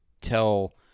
tell